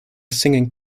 singing